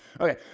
Okay